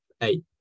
eight